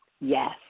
Yes